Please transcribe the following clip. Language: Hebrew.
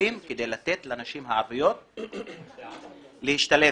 תקציבים כדי לתת לנשים הערביות אפשרות להשתלב